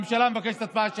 הממשלה מבקשת הצבעה שמית,